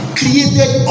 created